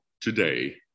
today